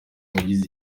uwagize